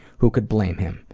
who could blame him!